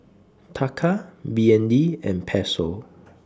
Taka B N D and Peso